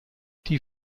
die